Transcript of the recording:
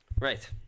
Right